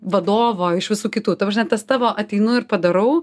vadovo iš visų kitų ta prasme tas tavo ateinu ir padarau